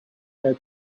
their